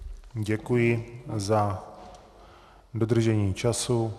Děkuji za dodržení času.